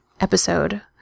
episode